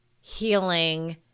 healing